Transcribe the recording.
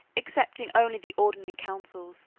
excepting only the ordinary consuls,